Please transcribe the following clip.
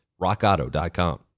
rockauto.com